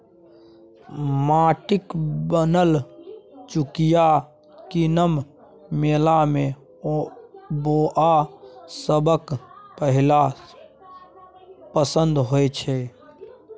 माटिक बनल चुकिया कीनब मेला मे बौआ सभक पहिल पसंद होइ छै